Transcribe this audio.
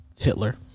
hitler